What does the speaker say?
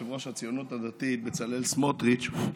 יושב-ראש הציונות הדתית בצלאל סמוטריץ':